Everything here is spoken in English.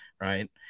right